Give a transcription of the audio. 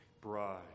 bride